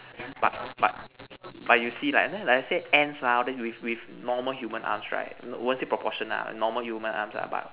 but but but you see like like I said ants lah all this with with normal humans arms right was it proportionate ah normal humans arms lah but